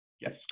yes